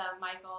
Michael